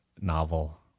novel